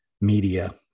media